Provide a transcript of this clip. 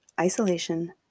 isolation